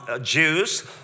Jews